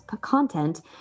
content